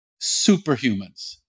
superhumans